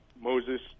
Moses